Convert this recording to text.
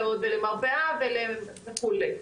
ולעוד ולמרפאה ולכו'.